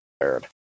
prepared